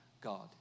God